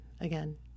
again